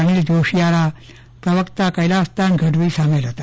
અનિલ જોશીયારા પ્રવક્તા કેલાસદાન ગઢવી સામેલ હતા